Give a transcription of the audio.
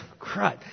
crud